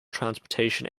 transportation